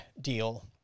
deal